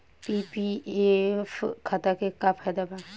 PPF खाता के का फायदा बा?